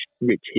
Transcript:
rich